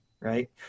right